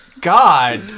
God